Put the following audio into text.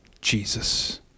Jesus